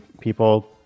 people